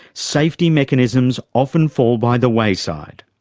safety mechanisms often fall by the wayside.